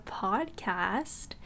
podcast